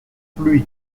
plus